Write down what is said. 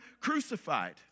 crucified